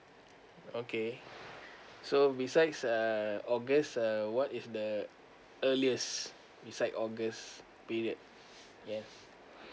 okay so besides uh august uh what is the earliest uh besides august period